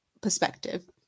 perspective